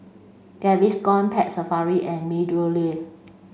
Gaviscon Pet Safari and MeadowLea